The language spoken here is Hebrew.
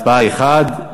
הצבעה אחת.